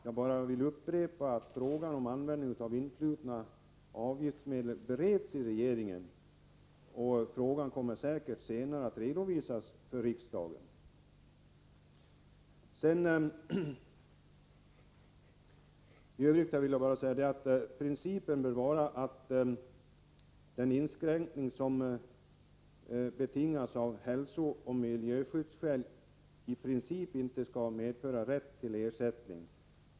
Jag upprepar att frågan om användningen av influtna avgifter f.n. bereds inom regeringen. Frågan kommer säkert att redovisas senare för riksdagen. I övrigt vill jag framhålla att den inskränkning som betingas av hälsooch miljöskyddsskäl i princip inte skall medföra rätt till ersättning.